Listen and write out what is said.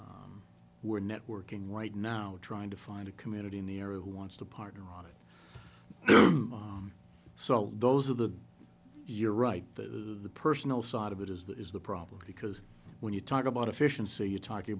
we're networking right now trying to find a community in the area who wants to partner on it so those are the you're right the personal side of it is that is the problem because when you talk about efficiency you're talking